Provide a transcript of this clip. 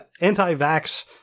Anti-vax